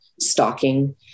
stalking